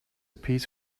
piece